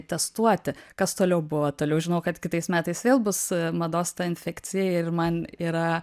testuoti kas toliau buvo toliau žinau kad kitais metais vėl bus mados ta infekcija ir man yra